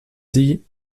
sie